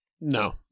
no